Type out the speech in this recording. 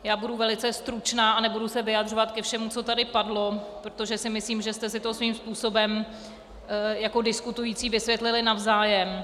Já budu velice stručná a nebudu se vyjadřovat ke všemu, co tady padlo, protože si myslím, že jste si to svým způsobem jako diskutující vysvětlili navzájem.